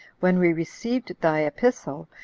when we received thy epistle,